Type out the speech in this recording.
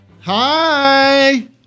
Hi